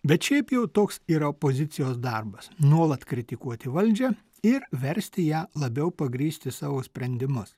bet šiaip jau toks yra opozicijos darbas nuolat kritikuoti valdžią ir versti ją labiau pagrįsti savo sprendimus